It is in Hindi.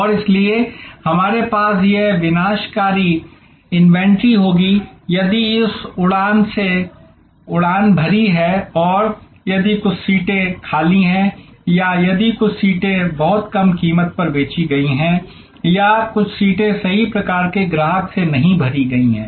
और इसलिए हमारे पास यह विनाशकारी इन्वेंट्री होगी क्योंकि यदि उस उड़ान ने उड़ान भरी है और यदि कुछ सीटें खाली हैं या यदि कुछ सीटें बहुत कम कीमत पर बेची गई हैं या कुछ सीटें सही प्रकार के ग्राहक से नहीं भरी गई हैं